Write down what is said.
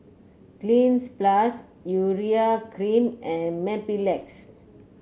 Cleanz Plus Urea Cream and Mepilex